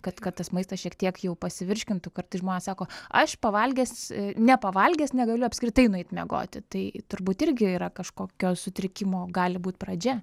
kad kad tas maistas šiek tiek jau pasivirškintų kartais žmonės sako aš pavalgęs nepavalgęs negaliu apskritai nueit miegoti tai turbūt irgi yra kažkokio sutrikimo gali būt pradžia